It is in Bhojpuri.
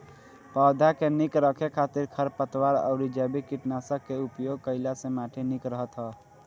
पौधा के निक रखे खातिर खरपतवार अउरी जैविक कीटनाशक के उपयोग कईला से माटी निक रहत ह